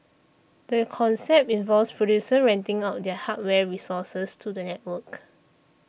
the concept involves producers renting out their hardware resources to the network